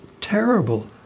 terrible